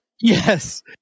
Yes